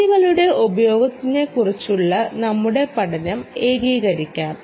ജികളുടെ ഉപയോഗത്തെക്കുറിച്ചുള്ള നമ്മുടെ പഠനം ഏകീകരിക്കാം